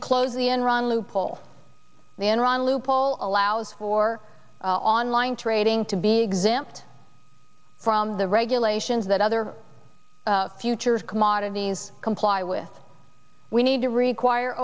to close the enron loophole the enron loophole allows for online trading to be exempt from the regulations that other futures commodities comply with we need to require